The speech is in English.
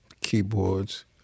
keyboards